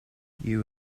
you